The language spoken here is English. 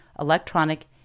Electronic